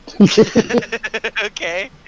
Okay